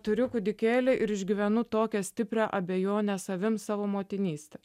turiu kūdikėlį ir išgyvenu tokią stiprią abejonę savim savo motinyste